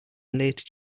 late